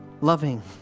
loving